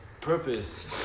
purpose